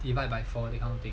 if I buy for that kind of thing